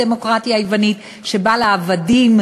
זה כל ההבדל שבעולם,